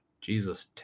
Jesus